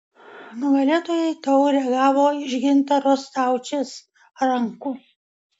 nugalėtojai taurę gavo iš gintaro staučės rankų